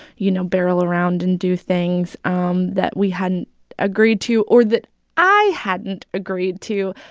you know, barrel around and do things um that we hadn't agreed to or that i hadn't agreed to,